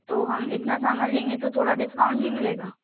तो हम इतना सामान लेंगे तो थोड़ा डिस्काउंट नई मिलेगा